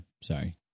sorry